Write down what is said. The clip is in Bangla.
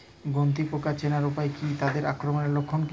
গন্ধি পোকা চেনার উপায় কী তাদের আক্রমণের লক্ষণ কী?